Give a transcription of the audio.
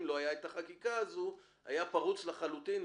שבלי החקיקה הזו היה פרוץ לחלוטין.